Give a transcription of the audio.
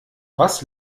was